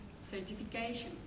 certification